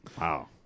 Wow